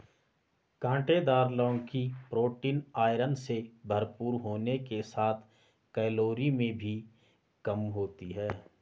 काँटेदार लौकी protein, iron से भरपूर होने के साथ कैलोरी में भी कम होती है